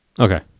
Okay